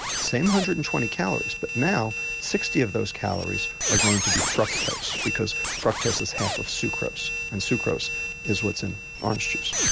same one hundred and twenty calories but now sixty of those calories are going to be fructose because fructose is half of sucrose and sucrose is what's in orange juice.